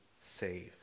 save